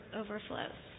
overflows